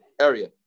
area